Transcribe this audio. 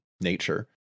nature